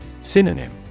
Synonym